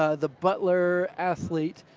ah the butler athlete